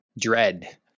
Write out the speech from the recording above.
dread